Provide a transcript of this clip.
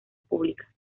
públicas